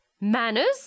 Manners